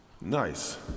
Nice